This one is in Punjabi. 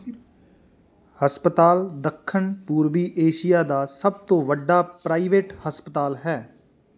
ਹਸਪਤਾਲ ਦੱਖਣ ਪੂਰਬੀ ਏਸ਼ੀਆ ਦਾ ਸਭ ਤੋਂ ਵੱਡਾ ਪ੍ਰਾਈਵੇਟ ਹਸਪਤਾਲ ਹੈ